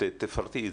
תפרטי.